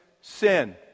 sin